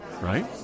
right